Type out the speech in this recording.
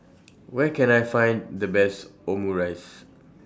Where Can I Find The Best Omurice